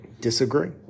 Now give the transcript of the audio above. disagree